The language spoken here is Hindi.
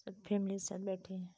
सब फेमिली साथ बैठे हैं